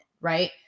right